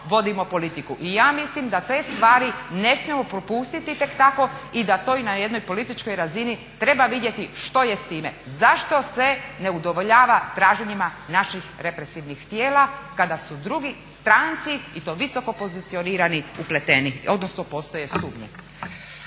I ja mislim da te stvari ne smijemo propustiti tek tako i da to na jednoj političkoj razini treba vidjeti što je s time, zašto se ne udovoljava traženjima naših represivnih tijela kada su drugi stranci i to visoko pozicionirani upleteni, odnosno postoje sumnje.